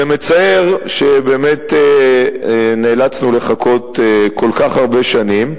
זה מצער שבאמת נאלצנו לחכות כל כך הרבה שנים.